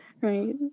Right